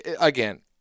again